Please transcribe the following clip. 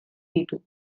ditu